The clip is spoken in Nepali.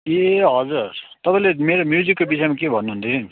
ए हजुर तपाईँले मेरो म्युजिकको विषयमा के भन्नुहुँदै थियो नि